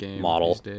model